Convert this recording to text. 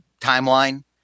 timeline